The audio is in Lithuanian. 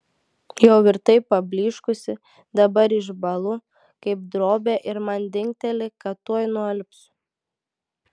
jau ir taip pablyškusi dabar išbąlu kaip drobė ir man dingteli kad tuoj nualpsiu